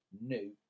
New